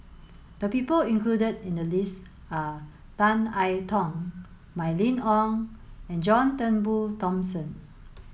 the people included in the list are Tan I Tong Mylene Ong and John Turnbull Thomson